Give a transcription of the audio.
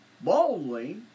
boldly